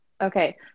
okay